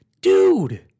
Dude